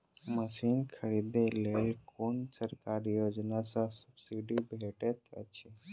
Machine खरीदे लेल कुन सरकारी योजना सऽ सब्सिडी भेटैत अछि?